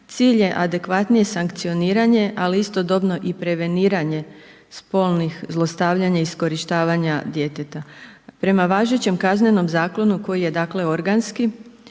cilj je adekvatnije sankcioniranje ali istodobno i preveniranje spolnih zlostavljanja i iskorištavanja djeteta. Prema važećem KZ-u koji je organski,